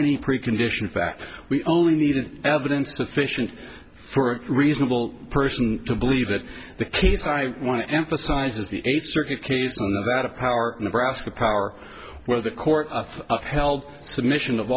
any precondition fact we only needed evidence to fish and for reasonable person to believe that the case i want to emphasize is the eighth circuit case that a power nebraska power where the court of held submission of